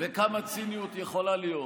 וכמה ציניות יכולות להיות.